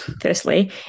firstly